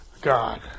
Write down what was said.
God